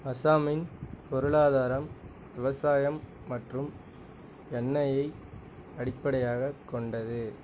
அஸ்ஸாமின் பொருளாதாரம் விவசாயம் மற்றும் எண்ணெயை அடிப்படையாகக் கொண்டது